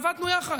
עבדנו יחד,